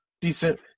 decent